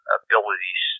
abilities